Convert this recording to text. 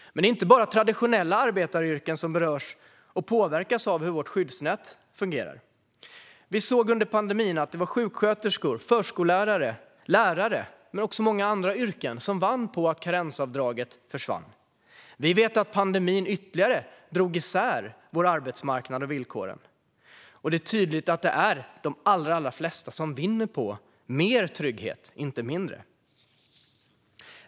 Men det är inte bara traditionella arbetaryrken som berörs och påverkas av hur vårt skyddsnät fungerar. Vi såg under pandemin att sjuksköterskor, förskollärare, lärare men också många andra yrken vann på att karensavdraget försvann. Vi vet att pandemin ytterligare drog isär villkoren på arbetsmarknaden. Och det är tydligt att de allra flesta vinner på mer trygghet, inte mindre.